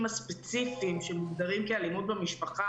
הספציפיים שמוגדרים כאלימות במשפחה,